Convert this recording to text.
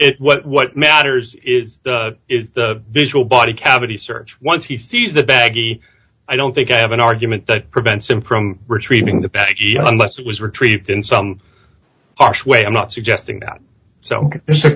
it what what matters is is the visual body cavity search once he sees the baggie i don't think i have an argument that prevents him from retrieving the peggy unless it was retrieved in some harsh way i'm not suggesting that so